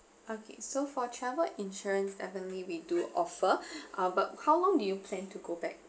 okay so for travel insurance definitely we do offer uh how long do you plan to go back